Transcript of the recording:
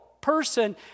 person